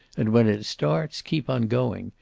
and when it starts, keep on going.